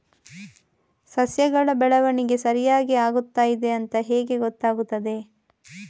ಸಸ್ಯಗಳ ಬೆಳವಣಿಗೆ ಸರಿಯಾಗಿ ಆಗುತ್ತಾ ಇದೆ ಅಂತ ಹೇಗೆ ಗೊತ್ತಾಗುತ್ತದೆ?